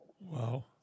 Wow